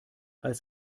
als